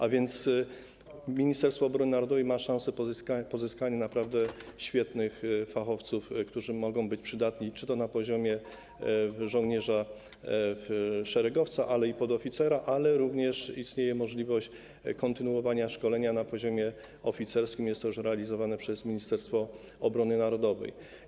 A więc Ministerstwo Obrony Narodowej ma szansę pozyskania naprawdę świetnych fachowców, którzy mogą być przydatni czy to na poziomie żołnierza szeregowca, czy podoficera, ale również istnieje możliwość kontynuowania szkolenia na poziomie oficerskim - jest to już realizowane przez Ministerstwo Obrony Narodowej.